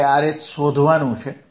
મારે RH શોધવાનું છે